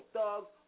thugs